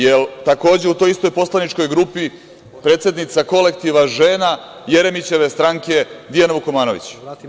Jel takođe u toj istoj poslaničkoj grupi predsednica kolektiva žena Jeremićeve stranke Dijana Vukomanović?